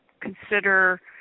consider